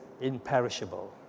imperishable